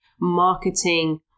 marketing